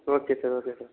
okay sir okay sir